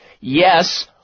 Yes